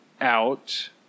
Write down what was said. out